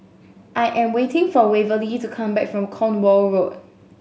I am waiting for Waverly to come back from Cornwall Road